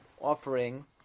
offering